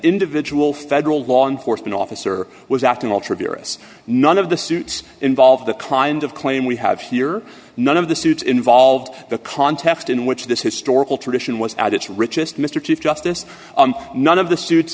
individual federal law enforcement officer was acting alter pyrrhus none of the suits involved the kind of claim we have here none of the suits involved the context in which this historical tradition was at its richest mr chief justice none of the suits